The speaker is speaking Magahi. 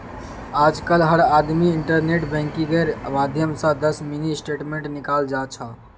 आजकल हर आदमी इन्टरनेट बैंकिंगेर माध्यम स दस मिनी स्टेटमेंट निकाल जा छ